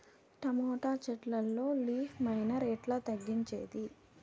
Tomato చెట్లల్లో leaf miner ఎట్లా తగ్గించేది?